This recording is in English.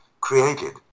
created